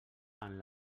amb